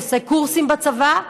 עושה קורסים בצבא,